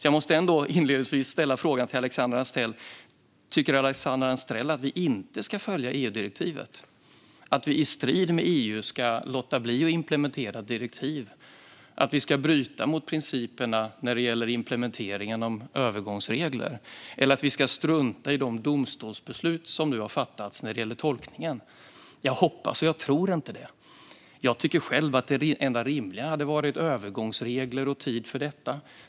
Jag måste därför ställa följande fråga till Alexandra Anstrell: Tycker hon att vi inte ska följa EU-direktivet, att vi i strid med EU ska låta bli att implementera direktiv, att vi ska bryta mot principerna när det gäller implementeringen av övergångsregler eller att vi ska strunta i de domstolsbeslut som nu har fattats när det gäller tolkningen? Jag hoppas och tror inte det. Jag tycker själv att det enda rimliga hade varit övergångsregler och tid för detta.